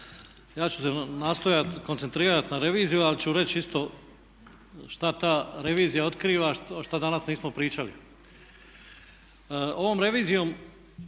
Ja ću se nastojat koncentrirat na reviziju, ali ću reći isto šta ta revizija otkriva, a šta danas nismo pričali. Ovom revizijom